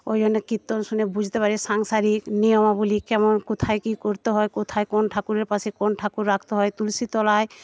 ওইজন্য কীর্তন শুনে বুঝতে পারি সাংসারিক নিয়মাবলী কেমন কোথায় কি করতে হয় কোথায় কোন ঠাকুরের পাশে কোন ঠাকুর রাখতে হয় তুলসী তলায়